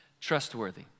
trustworthy